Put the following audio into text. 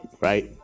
right